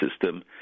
system